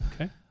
Okay